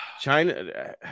China